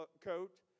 coat